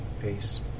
Peace